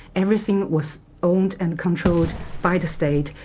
everything was owned and controlled by the state.